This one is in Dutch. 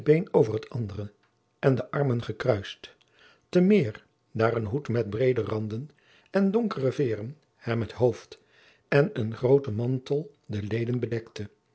over t andere en de armen gekruist te meer daar een hoed met breede randen en donkere veêren hem het hoofd en een groote mantel de leden bedekte